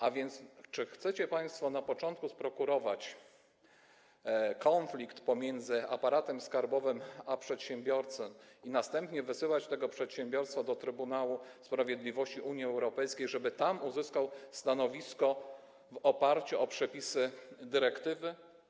A więc czy chcecie państwo na początku sprokurować konflikt pomiędzy aparatem skarbowym a przedsiębiorcą i następnie wysyłać tego przedsiębiorcę do Trybunału Sprawiedliwości Unii Europejskiej, żeby tam uzyskał stanowisko na podstawie przepisów dyrektywy?